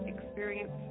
Experience